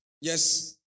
yes